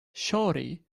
shawty